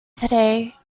today